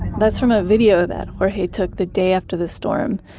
that's from a video that jorge took the day after the storm.